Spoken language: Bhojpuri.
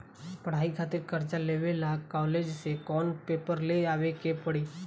पढ़ाई खातिर कर्जा लेवे ला कॉलेज से कौन पेपर ले आवे के पड़ी?